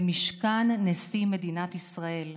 במשכן נשיא מדינת ישראל.